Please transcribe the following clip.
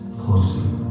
closely